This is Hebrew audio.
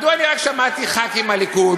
מדוע שמעתי רק חברי כנסת מהליכוד,